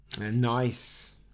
Nice